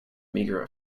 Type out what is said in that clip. meager